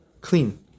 clean